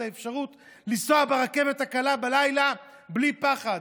האפשרות לנסוע ברכבת הקלה בלילה בלי פחד.